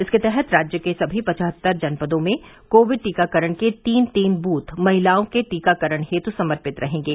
इसके तहत राज्य के सभी पचहत्तर जनपदों में कोविड टीकाकरण के तीन तीन बूथ महिलाओं के टीकाकरण हेतु समर्पित रहेंगे